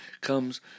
comes